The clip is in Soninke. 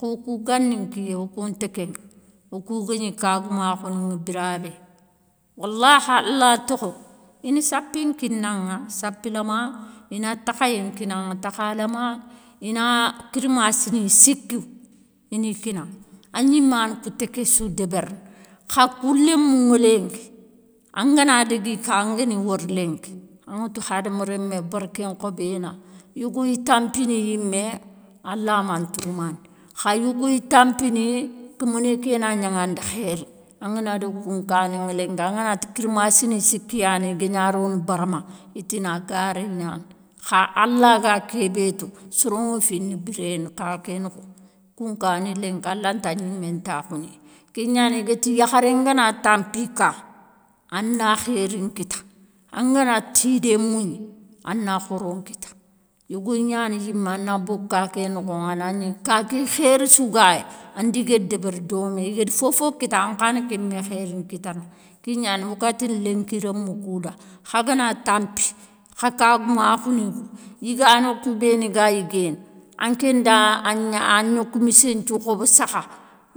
Khokou gani nkiyé okounta kénŋa, okou gagni kagoumakhou ninŋa bira bé, wolahi ala tokho, ini sapé nkinaŋa sape lamané, ina takhayé nkinanŋa, takha lamané, ina kirmassini siki, ini kinanŋa, agnimani kouté késsou débérini, kha kou lémounŋa linki, angana dégui ka angani wori linki, anŋa tou khadama rémé berké nkhobéna, yogoy tampiniyimé, alla ma ntoumandi, kha yogoy tampini kéméné kéna gnanŋanda khéri, angana dagakoun nkaniŋe linki anganati, kirmassin siki yani igagna rono barma itina garé gnani. kha allah ga kébé tou, soro nŋa fina biréné, ka ké nokho, koun kani linki alanta gnimé takhouniya, kégna ni igati yakharé ngana tampi ka ana khéri nkitaa, angana tidé mougni, a na khoro nkita, yogoy gnana yimé ana bogou kaké nokhonŋa, anagni kaké khéri sougayéy, andi guér débéri domé, igari fofo kita ankhani kémé khéri nkitana, kén gnani ogatini linki rémou kou da, kha gana tampi kha kagoumakhounikou, yigano kou béni ga yiguéné, anké nda an gnokmissé nthiou khobo sakha,